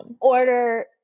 order